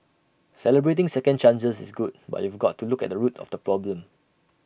celebrating second chances is good but you've got to look at the root of the problem